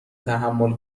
تحمل